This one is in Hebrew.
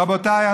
רבותיי,